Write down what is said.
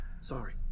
Sorry